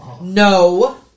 No